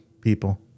people